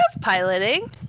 piloting